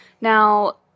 Now